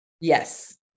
yes